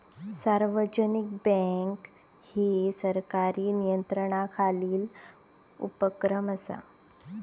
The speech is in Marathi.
सार्वजनिक बँक ही सरकारी नियंत्रणाखालील उपक्रम असा